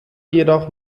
jedoch